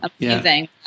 Amazing